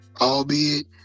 albeit